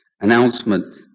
announcement